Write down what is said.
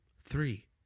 three